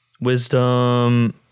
Wisdom